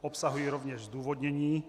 Obsahují rovněž zdůvodnění.